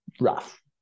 rough